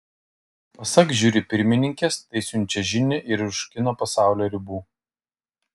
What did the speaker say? pasak žiuri pirmininkės tai siunčia žinią ir už kino pasaulio ribų